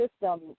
system